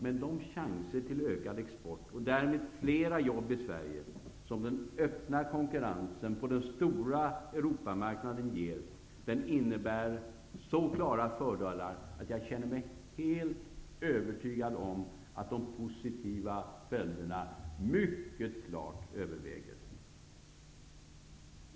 Men de chanser till ökad export, och därmed flera jobb i Sverige, som den öppna konkurrensen på den stora Europamarknaden ger, innebär så klara fördelar att jag känner mig helt övertygad om att de positiva följderna mycket klart överväger.